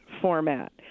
format